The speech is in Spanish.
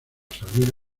salir